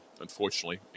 unfortunately